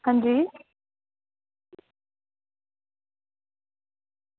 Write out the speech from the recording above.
अंजी